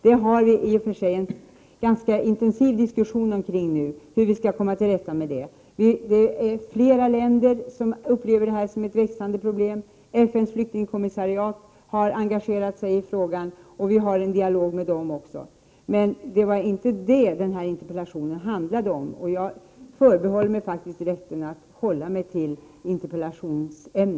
Det förs nu en ganska intensiv diskussion om hur vi skall komma till rätta med denna dokumentlöshet. Det är flera länder som upplever den som ett växande problem. FN:s flyktingkommissariat har engagerat sig i frågan, och vi i Sverige bedriver en dialog med FN:s flyktingkommissariat. Men det var inte detta som interpellationen handlade om, och jag förbehåller mig faktiskt rätten att hålla mig till ämnet i interpellationen.